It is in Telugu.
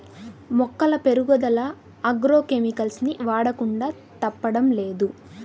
మొక్కల పెరుగుదల ఆగ్రో కెమికల్స్ ని వాడకుండా తప్పడం లేదు